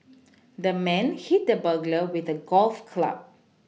the man hit the burglar with a golf club